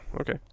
Okay